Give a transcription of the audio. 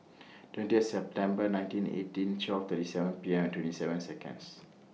twentieth September nineteen eighty twelve thirty seven P M twenty seven Seconds